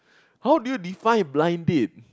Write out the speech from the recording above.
how do you define blind date